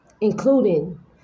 including